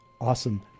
Awesome